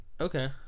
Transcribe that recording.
Okay